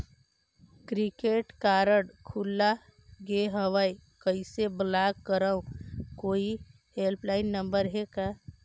Credit card भुला गे हववं कइसे ब्लाक करव? कोई हेल्पलाइन नंबर हे का?